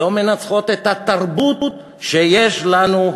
לא מנצחות את התרבות שיש לנו,